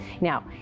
Now